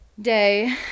Day